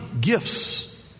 gifts